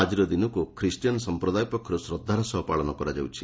ଆଜିର ଦିନକୁ ଖ୍ରୀଷ୍ଟିୟାନ୍ ସଂପ୍ରଦାୟ ପକ୍ଷରୁ ଶ୍ରଦ୍ଧାର ସହ ପାଳନ କରାଯାଉଛି